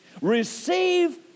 Receive